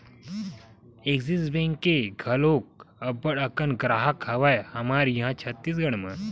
Axis Bank के घलोक अब्बड़ अकन गराहक हवय हमर इहाँ छत्तीसगढ़ म